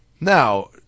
Now